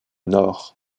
nord